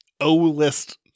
O-list